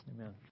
Amen